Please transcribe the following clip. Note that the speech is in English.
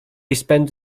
spent